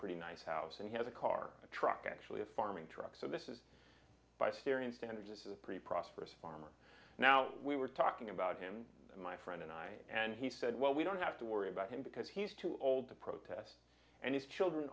pretty nice house and he has a car a truck actually a farming truck so this is by syrian standards is a pretty prosperous farmer now we were talking about him my friend and i and he said well we don't have to worry about him because he's too old to protest and his children